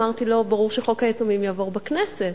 אמרתי לו: ברור שחוק היתומים יעבור בכנסת.